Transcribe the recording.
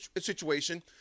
situation